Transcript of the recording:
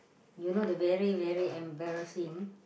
you know the very very embarrassing